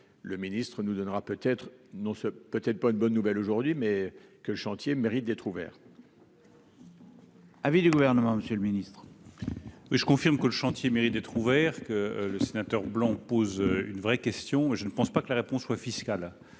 le ministre nous donnera peut-être non c'est peut-être pas une bonne nouvelle aujourd'hui mais que chantier mérite d'être ouvert. Avis du Gouvernement, monsieur le ministre. Oui, je confirme que le chantier mérite d'être ouvert que le sénateur blanc pose une vraie question, je ne pense pas que la réponse soit fiscale